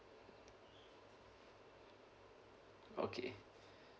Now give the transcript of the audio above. okay